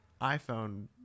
iphone